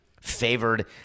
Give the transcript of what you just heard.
Favored